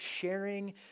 sharing